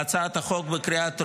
בהצעת החוק בקריאה הטרומית,